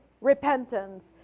repentance